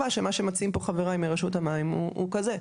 שמה שמציעים פה חבריי מרשות המים הוא כזה.